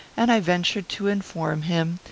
and i ventured to inform him,